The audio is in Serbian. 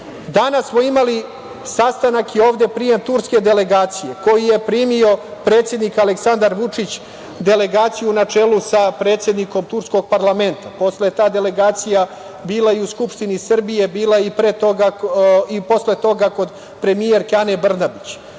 smo imali sastanak i ovde prijem turske delegacije koju je primio predsednik Aleksandar Vučić, delegaciju na čelu sa predsednikom turskog parlamenta. Posle je ta delegacija bila i u Skupštini Srbiji, bila je i posle toga kod premijerke Ane Brnabić.